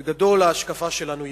בגדול, ההשקפה שלנו ידועה: